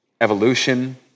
evolution